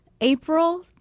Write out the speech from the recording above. April